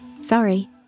Sorry